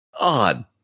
odd